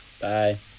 bye